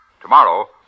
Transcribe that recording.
Tomorrow